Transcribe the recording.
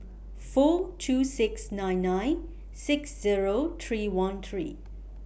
four two six nine nine six Zero three one three